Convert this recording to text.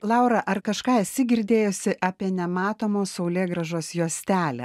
laura ar kažką esi girdėjusi apie nematomos saulėgrąžos juostelę